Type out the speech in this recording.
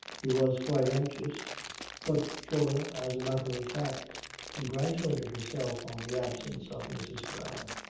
he was quite anxious but flora as a matter of fact congratulated herself on the absence of mrs. brown.